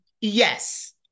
Yes